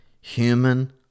human